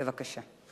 בבקשה.